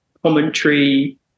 commentary